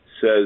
says